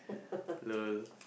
lol